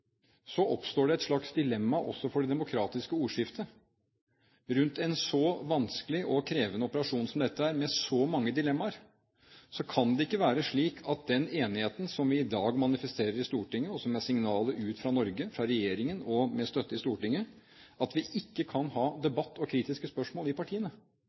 oppstår det et slags dilemma også for det demokratiske ordskiftet. Rundt en så vanskelig og krevende operasjon som dette er, med så mange dilemmaer, kan det ikke være slik at vi om den enigheten vi i dag manifesterer i Stortinget – som er signalet ut fra Norge, fra regjeringen, med støtte i Stortinget – ikke kan ha debatt og kritiske spørsmål i partiene.